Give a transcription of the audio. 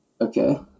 Okay